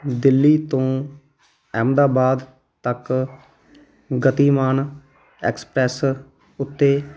ਦਿੱਲੀ ਤੋਂ ਅਹਿਮਦਾਬਾਦ ਤੱਕ ਗਤੀਮਾਨ ਐਕਸਪ੍ਰੈਸ ਉੱਤੇ